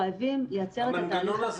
המנגנון הזה